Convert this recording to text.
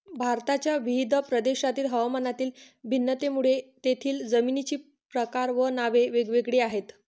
भारताच्या विविध प्रदेशांतील हवामानातील भिन्नतेमुळे तेथील जमिनींचे प्रकार व नावे वेगवेगळी आहेत